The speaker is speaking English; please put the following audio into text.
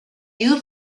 you